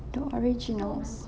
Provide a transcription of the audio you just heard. the originals